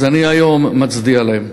אז אני היום מצדיע להם.